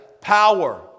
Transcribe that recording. power